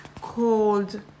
called